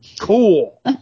cool